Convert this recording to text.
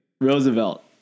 Roosevelt